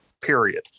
period